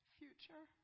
future